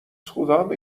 خدامه